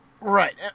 Right